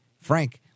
Frank